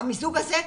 במיזוג הזה,